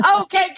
Okay